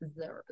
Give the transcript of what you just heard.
zero